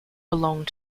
belonged